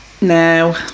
No